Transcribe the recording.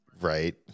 right